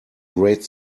great